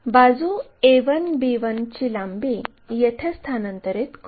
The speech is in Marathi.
बाजू a1 b1 ची लांबी येथे स्थानांतरित करू